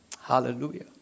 Hallelujah